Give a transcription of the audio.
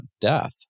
death